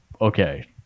okay